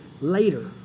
later